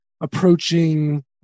approaching